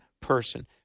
person